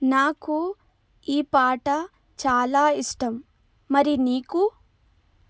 నాకు ఈ పాట చాలా ఇష్టం మరి నీకు